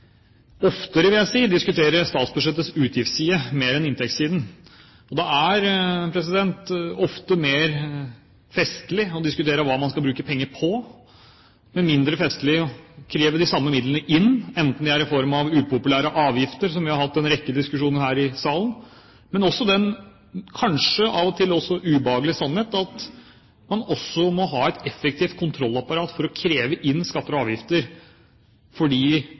ofte mer festlig å diskutere hva man skal bruke penger på, men mindre festlig å kreve de samme midlene inn, f.eks. i form av upopulære avgifter, som vi har hatt en rekke diskusjoner om her i salen. Men det er en ubehagelig sannhet at man også må ha et effektivt kontrollapparat for å kreve inn skatter og avgifter, fordi vi skal ha en jevn fordeling av det folk har å bidra med, for